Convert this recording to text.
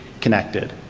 connected.